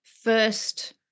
first